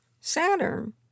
Saturn